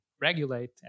regulate